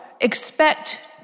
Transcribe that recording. expect